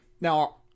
Now